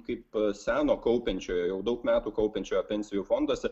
kaip seno kaupiančiojo jau daug metų kaupiančiojo pensijų fonduose